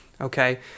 Okay